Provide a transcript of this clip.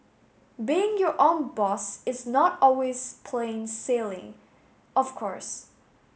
being your own boss is not always plain sailing of course